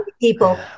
people